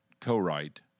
co-write